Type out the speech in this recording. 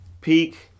peak